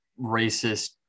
racist